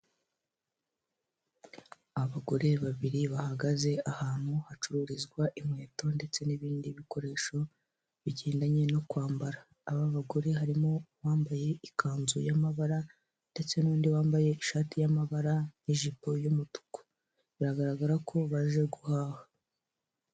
Abagore babiri bahagaze ahantu hacururizwa inkweto ndetse n'ibindi bikoresho bigendanye no kwambara, aba bagore harimo abambaye ikanzu y'amabara ndetse n'undi wambaye ishati y'amabara ni'ijipo y'umutuku, biragaragara ko baje guhaha.